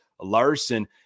Larson